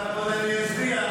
--- מצביע,